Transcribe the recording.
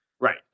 Right